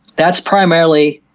that's primarily,